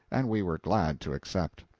and we were glad to accept.